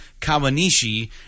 Kawanishi